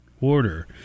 order